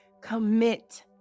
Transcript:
commit